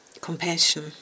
compassion